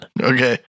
Okay